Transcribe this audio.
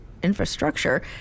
infrastructure